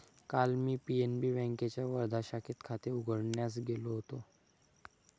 काल मी पी.एन.बी बँकेच्या वर्धा शाखेत खाते उघडण्यास गेलो होतो